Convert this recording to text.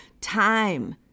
time